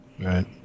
Right